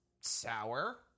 sour